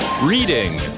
Reading